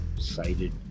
cited